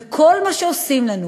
וכל מה שעושים לנו